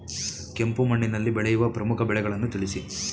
ಕೆಂಪು ಮಣ್ಣಿನಲ್ಲಿ ಬೆಳೆಯುವ ಪ್ರಮುಖ ಬೆಳೆಗಳನ್ನು ತಿಳಿಸಿ?